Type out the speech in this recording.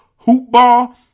HOOPBALL